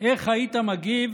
איך היית מגיב